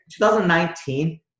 2019